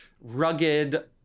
rugged